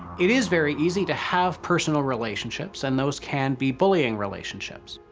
it is very easy to have personal relationships, and those can be bullying relationships.